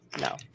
No